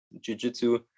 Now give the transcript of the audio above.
jiu-jitsu